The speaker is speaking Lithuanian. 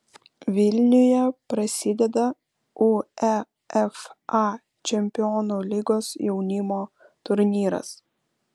vilniuje prasideda uefa čempionų lygos jaunimo turnyras